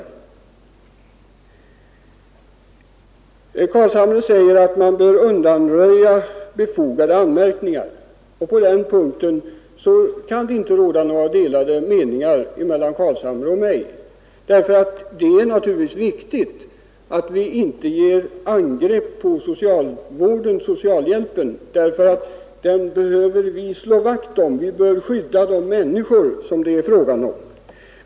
Herr Carlshamre säger att man bör undanröja befogade anmärkningar. På den punkten kan det inte råda några delade meningar mellan herr Carlshamre och mig, därför att det naturligtvis är viktigt att vi inte ger slag på socialhjälpen. Vi bör slå vakt om denna och skydda de människor det är fråga om.